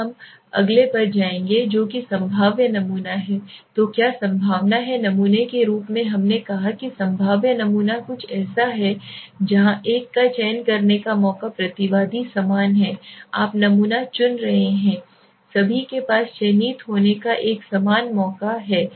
अब हम अगले पर जाएँगे जो कि संभाव्य नमूना है तो क्या संभावना है नमूने के रूप में हमने कहा कि संभाव्य नमूना कुछ ऐसा है जहां एक का चयन करने का मौका प्रतिवादी समान है आप नमूना चुन रहे हैं सभी के पास चयनित होने का एक समान मौका हैं